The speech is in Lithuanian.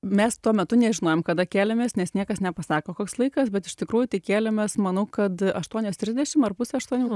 mes tuo metu nežinojom kada kėlėmės nes niekas nepasako koks laikas bet iš tikrųjų tai kėlėmės manau kad aštuonios trisdešimt ar pusę aštuonių